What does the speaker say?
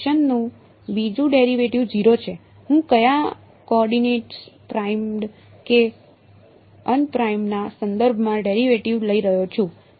તો ફંક્શનનું બીજું ડેરિવેટિવ 0 છે હું કયા કોઓર્ડિનેટ્સ પ્રાઇમ્ડ કે અનપ્રિમ્ડ ના સંદર્ભમાં ડેરિવેટિવ લઈ રહ્યો છું